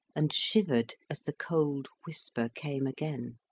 and shivered as the cold whisper came again.